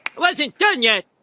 it wasn't done yet.